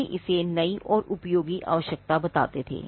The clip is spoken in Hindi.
वे इसे नई और उपयोगी आवश्यकता बताते थे